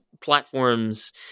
platforms